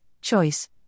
Choice